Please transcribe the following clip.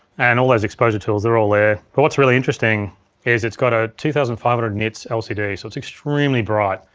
and all those exposure tools, they're all there. but what's really interesting is it's got a two thousand five hundred nits lcd so it's extremely bright.